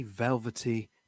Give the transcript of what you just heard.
Velvety